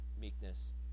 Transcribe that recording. meekness